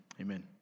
amen